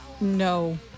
No